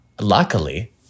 luckily